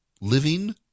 Living